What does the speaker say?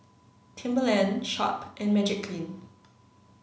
Timberland Sharp and Magiclean